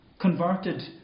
converted